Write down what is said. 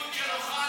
ההסתייגות של אוחנה,